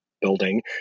building